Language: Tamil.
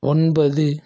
ஒன்பது